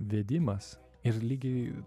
vedimas ir lygiai